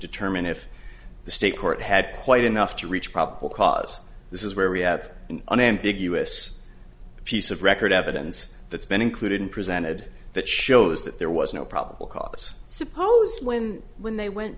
determine if the state court had quite enough to reach probable cause this is where we have an ambiguous piece of record evidence that's been included and presented that shows that there was no probable cause supposed when when they went